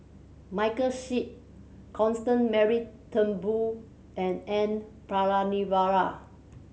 Michael Seet Constant Mary Turnbull and N Palanivelu